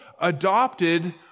adopted